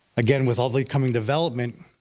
again, with all the coming development,